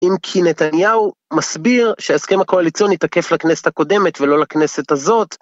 אם כי נתניהו מסביר שהסכם הקואליציוני תקף לכנסת הקודמת ולא לכנסת הזאת.